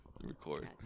record